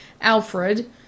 Alfred